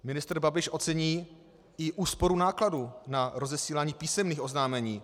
Ministr Babiš ocení i úsporu nákladů na rozesílání písemných oznámení.